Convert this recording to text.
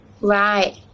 Right